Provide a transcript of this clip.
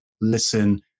listen